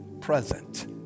present